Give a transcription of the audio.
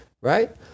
right